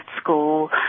school